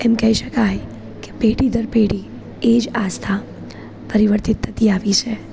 એમ કહી શકાય કે પેઢી દર પેઢી એ જ આસ્થા પરિવર્તિત થતી આવી છે